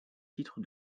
titre